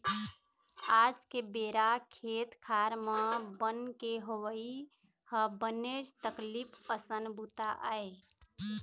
आज के बेरा खेत खार म बन के होवई ह बनेच तकलीफ असन बूता आय